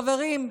חברים,